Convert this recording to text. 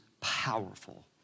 powerful